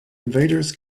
invaders